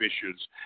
issues